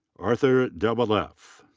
arthur de waleffe.